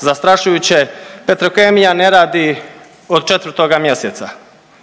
zastrašujuće. Petrokemija ne radi od 4. mjeseca.